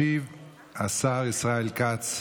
ישיב על הצעת החוק השר ישראל כץ.